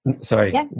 Sorry